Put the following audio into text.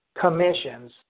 commissions